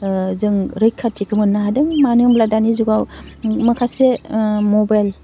जों रैखाथिखौ मोननो हादों मानो होनब्ला दानि जुगाव माखासे मबाइल